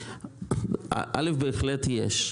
א', בהחלט יש.